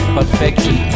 perfection